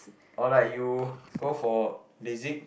or like you go for lasik